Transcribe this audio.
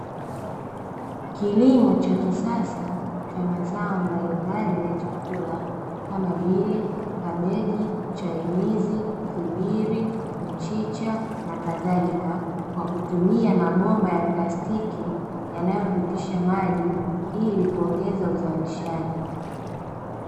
Kilimo cha kisasa cha mazao mbalimbali ya chakula kama vile kabeji, chainizi, figiri, mchicha na kadhalika kwa kutumia mabomba ya plastiki yanayopitisha maji ili kuongeza uzalishaji.